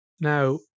Now